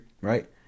right